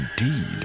indeed